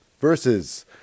Versus